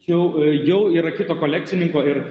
jau jau yra kito kolekcininko ir